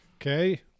Okay